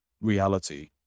Reality